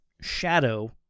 shadow